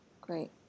great